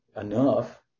enough